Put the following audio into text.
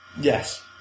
Yes